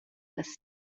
las